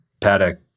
paddock